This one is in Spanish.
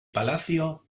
palacio